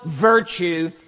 virtue